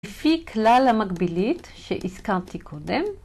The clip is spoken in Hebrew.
לפי כלל המקבילית שהזכרתי קודם